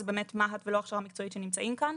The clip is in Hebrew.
זה באמת מה"ט ולא הכשרה מקצועית שנמצאים כאן.